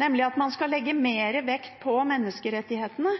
nemlig at man skal legge mer vekt på menneskerettighetene